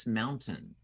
mountain